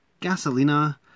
Gasolina